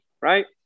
right